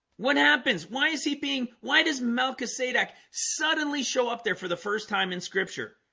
what happens why is he being why does malkasadak suddenly show up there for the first time in scripture?